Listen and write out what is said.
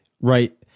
right